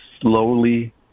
slowly